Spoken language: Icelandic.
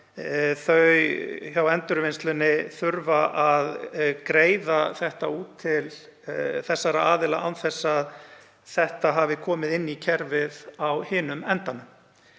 þau hjá Endurvinnslunni að greiða þetta út til þessara aðila án þess að það hafi komið inn í kerfið á hinum endanum.